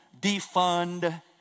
defund